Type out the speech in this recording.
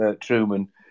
Truman